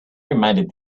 reminded